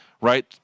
right